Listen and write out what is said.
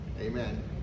Amen